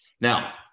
Now